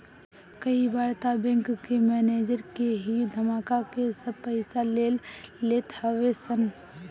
कई बार तअ बैंक के मनेजर के ही धमका के सब पईसा ले लेत हवे सन